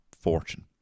fortune